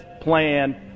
plan